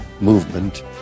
movement